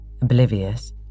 oblivious